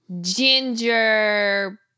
ginger